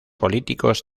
políticos